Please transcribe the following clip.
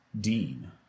Dean